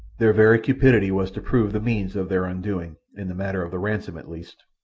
their very cupidity was to prove the means of their undoing, in the matter of the ransom at least.